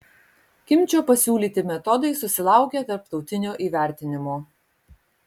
kimčio pasiūlyti metodai susilaukė tarptautinio įvertinimo